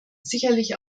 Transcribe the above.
sicherlich